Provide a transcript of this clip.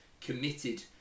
committed